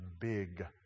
big